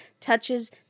touches